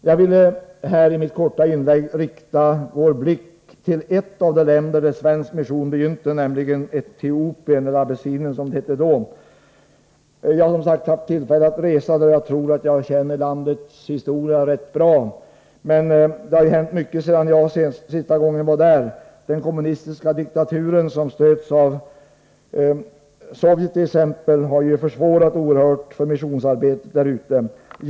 Jag vill i mitt korta inlägg rikta uppmärksamheten på ett av de länder där svensk mission begynte, nämligen Etiopien - eller Abessinien, som det hette tidigare. Jag har, som sagt, haft tillfälle att resa i landet, och jag tror att jag känner dess historia rätt bra. Men det har naturligtvis hänt mycket sedan jag senaste gången var där. Bl.a. har ju den kommunistiska diktaturen, som stöds av Sovjet, försvårat missionsarbetet där ute oerhört mycket.